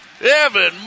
Evan